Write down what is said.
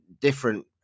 different